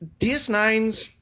DS9's